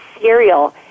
cereal